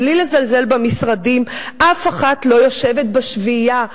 בלי לזלזל במשרדים, אף אחת לא יושבת בשביעייה.